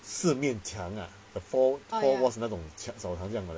四面墙啊 a four four walls 那种澡堂这样的啊